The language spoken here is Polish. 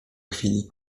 chwili